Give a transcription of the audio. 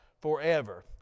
forever